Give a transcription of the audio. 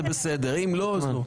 אם לא, אז לא.